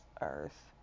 earth